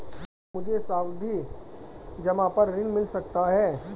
क्या मुझे सावधि जमा पर ऋण मिल सकता है?